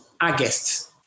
August